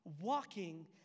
walking